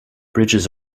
bridges